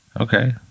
Okay